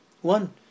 One